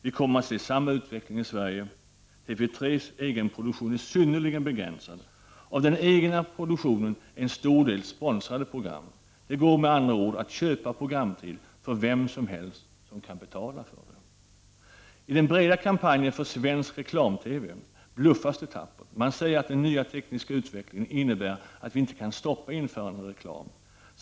Vi kommer att se samma utveckling i Sverige. TV 3:s egen produktion är synnerligen begränsad. Av den egna produktionen är en stor del sponsrade program. Det går med andra ord att köpa programtid för vem som helst som kan betala. I den breda kampanjen för svensk reklam-TV bluffas det tappert. Man säger att den nya tekniska utvecklingen innebär att vi inte kan stoppa införandet av reklam.